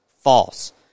False